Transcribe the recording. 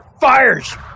fires